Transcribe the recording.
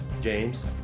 James